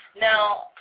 Now